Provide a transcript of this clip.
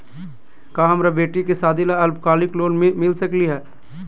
का हमरा बेटी के सादी ला अल्पकालिक लोन मिलता सकली हई?